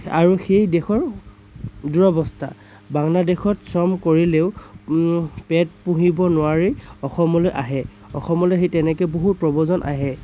আৰু সেই দেশৰ দূৰৱস্থা বাংলাদেশত শ্ৰম কৰিলেও পেট পুহিব নোৱাৰি অসমলৈ আহে অসমলৈ সেই তেনেকৈ বহুত প্ৰৱজন আহে